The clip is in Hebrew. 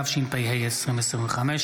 התשפ"ה 2025,